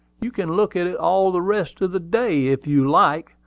you can look at it all the rest of the day, if you like.